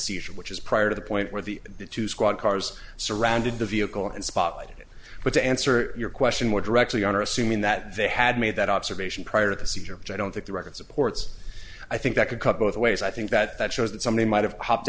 seizure which is prior to the point where the two squad cars surrounded the vehicle and spotted but to answer your question more directly are assuming that they had made that observation prior to the seizure but i don't think the record supports i think that could cut both ways i think that that shows that somebody might have hopped